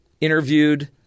interviewed